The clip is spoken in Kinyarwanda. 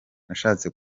nashatse